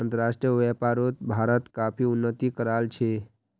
अंतर्राष्ट्रीय व्यापारोत भारत काफी उन्नति कराल छे